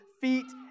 feet